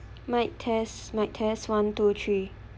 mic test mic test one two three